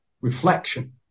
reflection